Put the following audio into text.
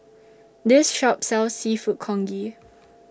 This Shop sells Seafood Congee